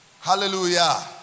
Hallelujah